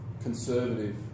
conservative